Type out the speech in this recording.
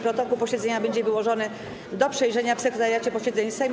Protokół posiedzenia będzie wyłożony do przejrzenia w Sekretariacie Posiedzeń Sejmu.